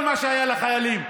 כל מה שהיה לחיילים,